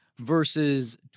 Verses